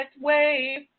wave